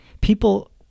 people